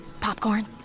Popcorn